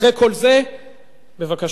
אחרי כל זה, בבקשה.